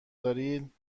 دارین